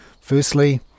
Firstly